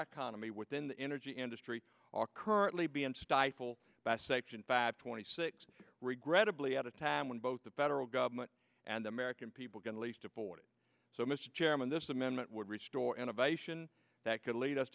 economy within the energy industry are currently being stifle bass section five twenty six regrettably at a time when both the federal government and the american people can least afford it so mr chairman this amendment would restore innovation that could lead us